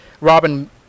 Robin